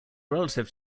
relative